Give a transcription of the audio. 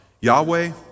Yahweh